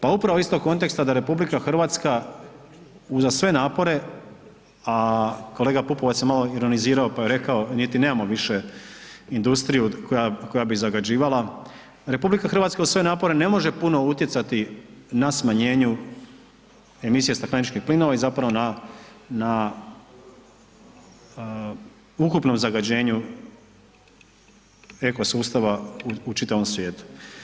Pa upravo iz tog konteksta da RH uza sve napore, a kolega Pupovac je malo ironizirao pa je rekao mi niti nemamo više industriju koja bi zagađivala, RH uz sve napore ne može puno utjecati na smanjenju emisija stakleničkih plinova i zapravo na ukupnom zagađenju eko sustava u čitavom svijetu.